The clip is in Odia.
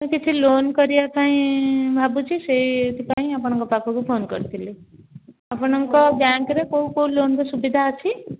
ମୁଁ କିଛି ଲୋନ୍ କରିବା ପାଇଁ ଭାବୁଛି ସେଥିପାଇଁ ଆପଣଙ୍କ ପାଖକୁ ଫୋନ କରିଥିଲି ଆପଣଙ୍କ ବ୍ୟାଙ୍କରେ କେଉଁ କେଉଁ ଲୋନ୍ର ସୁବିଧା ଅଛି